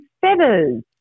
feathers